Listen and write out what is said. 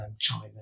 China